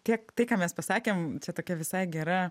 kiek tai ką mes pasakėm čia tokia visai gera